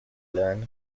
learn